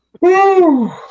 Woo